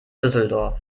düsseldorf